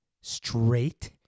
straight